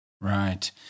Right